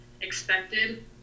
expected